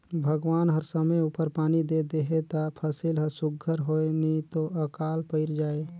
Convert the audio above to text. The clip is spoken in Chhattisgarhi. भगवान हर समे उपर पानी दे देहे ता फसिल हर सुग्घर होए नी तो अकाल पइर जाए